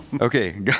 Okay